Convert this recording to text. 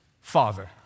Father